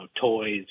toys